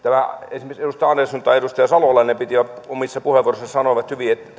esimerkiksi edustaja andersson ja edustaja salolainen omissa puheenvuoroissaan sanoivat